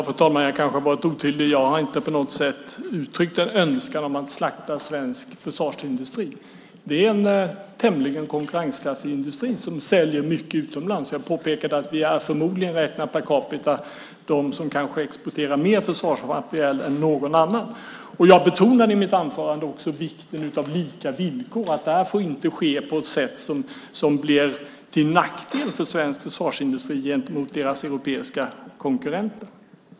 Fru talman! Jag kanske har varit otydlig. Jag har inte på något sätt uttryckt en önskan om att slakta svensk försvarsindustri. Det är en tämligen konkurrenskraftig industri som säljer mycket utomlands. Jag påpekade att vi förmodligen, räknat per capita, är det land som exporterar mest försvarsmateriel. Jag betonade i mitt anförande också vikten av lika villkor och att detta inte får ske på ett sätt som blir till nackdel för svensk försvarsindustri i förhållande till deras europeiska konkurrenter.